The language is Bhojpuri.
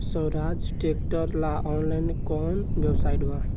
सोहराज ट्रैक्टर ला ऑनलाइन कोउन वेबसाइट बा?